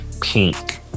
pink